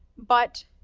but,